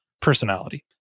personality